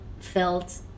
felt